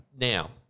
now